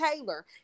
Taylor